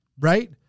Right